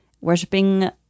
worshipping